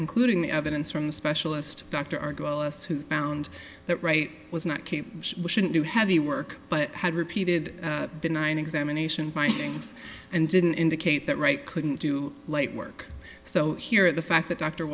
including the evidence from specialist dr r goal us who found that wright was not keep shouldn't do heavy work but had repeated benign examination by things and didn't indicate that right couldn't do light work so here at the fact that dr